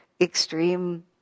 extreme